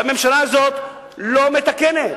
והממשלה הזאת לא מתקנת,